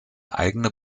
eigene